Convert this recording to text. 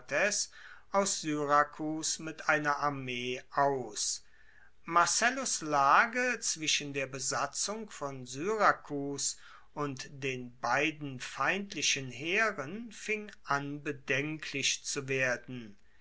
aus syrakus mit einer armee aus marcellus lage zwischen der besatzung von syrakus und den beiden feindlichen heeren fing an bedenklich zu werden